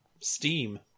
steam